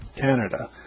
Canada